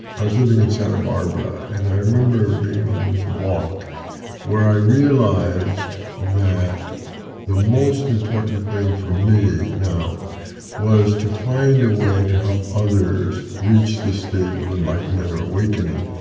i was living in santa barbara, and i remember being on this walk where i realized that the most important thing for me now was to find a way to help others reach the state of enlightenment of awakening,